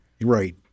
Right